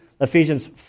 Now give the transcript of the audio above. Ephesians